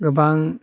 गोबां